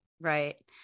right